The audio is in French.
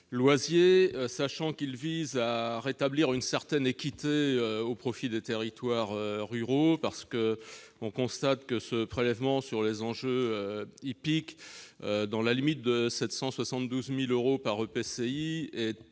Loisier, vise à rétablir une certaine équité au profit des territoires ruraux. On constate que ce prélèvement sur les enjeux hippiques, dans la limite de 772 000 euros par EPCI, est